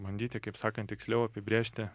bandyti kaip sakant tiksliau apibrėžti